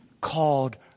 called